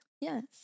Yes